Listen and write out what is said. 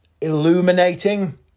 illuminating